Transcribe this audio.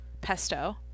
Pesto